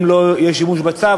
אם לא יהיה שימוש בצו,